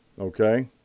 okay